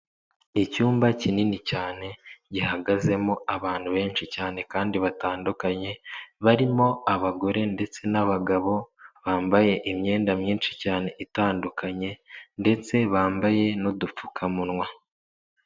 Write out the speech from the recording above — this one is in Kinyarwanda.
Icyumba kinini cyane gihagazemo abantu benshi cyane kandi batandukanye, barimo abagore ndetse n'abagabo bambaye imyenda myinshi cyane itandukanye ndetse bambaye n'udupfukamunwa.